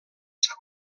san